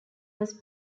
was